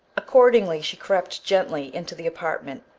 accordingly she crept gently into the apartment,